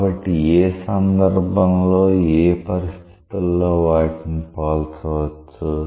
కాబట్టి ఏ సందర్భంలో ఏ పరిస్థితులలో వాటిని పోల్చవచ్చు